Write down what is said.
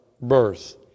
birth